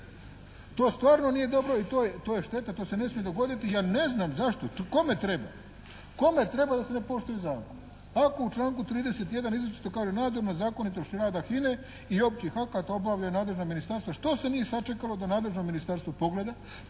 To stvarno nije dobro i to je šteta, to se ne smije dogoditi. Ja neznam zašto, kome treba da se ne poštuje zakon. Ako u članku 31. izričito kaže, nadzor nad zakonitošću rada HINA-e i općih akata obavljaju nadležna ministarstva, što se nije sačekalo da nadležno ministarstvo pogleda,